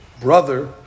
brother